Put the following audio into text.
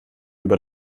über